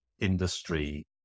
industry